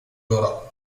dora